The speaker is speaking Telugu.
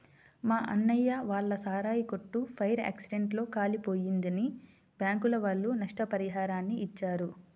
మా అన్నయ్య వాళ్ళ సారాయి కొట్టు ఫైర్ యాక్సిడెంట్ లో కాలిపోయిందని బ్యాంకుల వాళ్ళు నష్టపరిహారాన్ని ఇచ్చారు